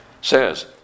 says